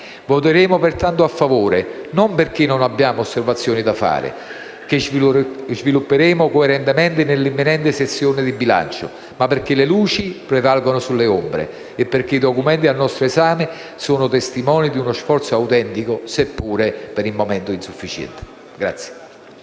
Voteremo pertanto a favore, e non perché non abbiamo osservazioni da fare, che svilupperemo coerentemente nell'imminente sessione di bilancio, ma perché le luci prevalgono sulle ombre e perché i documenti al nostro esame sono testimoni di uno sforzo autentico, seppure per il momento insufficiente.